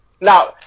Now